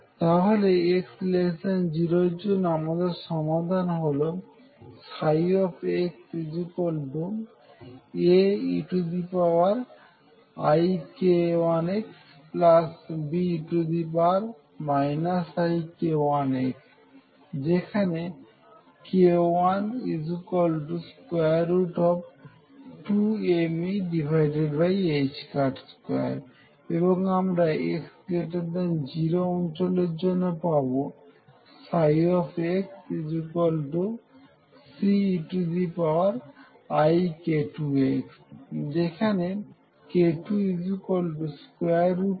তাহলে x0 এর জন্য আমাদের সমাধান হলো xAeik1xBe ik1x যেখানে k12mE2 এবং আমরা x0 অঞ্চলের জন্য পাবো xCeik2x যেখানে k22m2